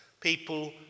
people